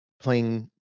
playing